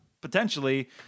potentially